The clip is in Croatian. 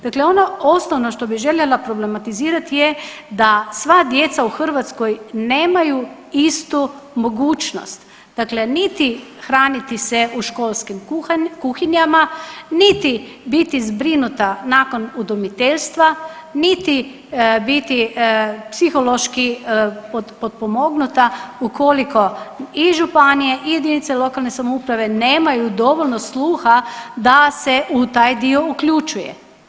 Dakle, ono osnovno što bih željela problematizirati je da sva djeca u Hrvatskoj nemaju istu mogućnost, dakle niti hraniti se u školskim kuhinjama, niti biti zbrinuta nakon udomiteljstva, niti biti psihološki potpomognuta ukoliko i županije i jedinice lokalne samouprave nemaju dovoljno sluha da se u taj dio uključuje.